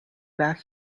back